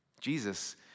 Jesus